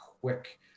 quick